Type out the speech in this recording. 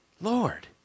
Lord